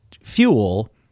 fuel